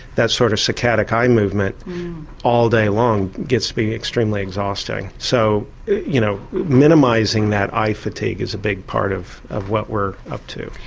that sort of saccadic eye movement all day long gets to be extremely exhausting. so you know minimising that eye fatigue is a big part of of what we're up to.